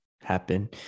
happen